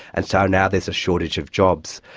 and so now there's a shortage of jobs.